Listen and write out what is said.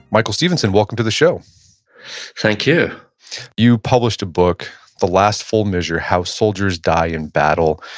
michael stephenson, welcome to the show thank you you published a book the last full measure how soldiers die in battle,